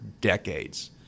decades